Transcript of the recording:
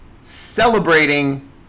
celebrating